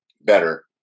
better